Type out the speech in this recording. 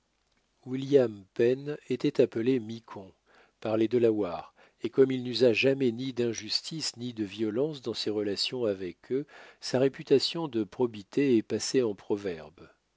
william pen était appelé miquon par les delawares et comme il n'usa jamais ni d'injustices ni de violences dans ses relations avec eux sa réputation de probité est passée en proverbe